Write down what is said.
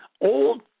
Old